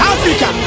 Africa